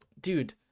dude